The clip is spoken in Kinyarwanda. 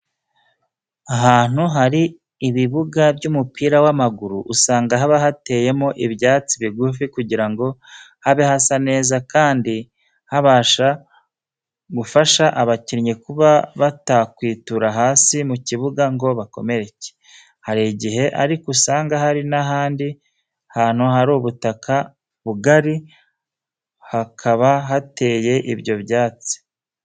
Ahantu hari ibibuga by'umupira w'amaguru usanga haba hateyemo ibyatsi bigufi kugira ngo habe hasa neza kandi habasha gufasha abakinnyi kuba batakwitura hasi mu kibuga ngo bakomereke. Hari igihe ariko usanga hari n'ahandi hantu hari ubutaka bugari hakaba hateye ibyo byatsi.